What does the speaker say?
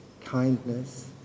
kindness